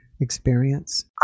experience